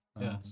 Yes